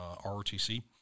ROTC